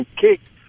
kicked